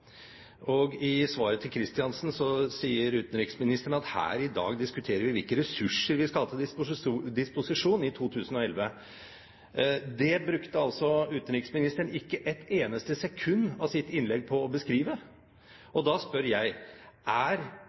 og et halvt minutt på å snakke om Høyres politikk. I svaret til Kristiansen sier utenriksministeren at her i dag diskuterer vi hvilke ressurser vi skal ha til disposisjon i 2011. Det brukte altså utenriksministeren ikke et eneste sekund av sitt innlegg på å beskrive. Da spør jeg: Er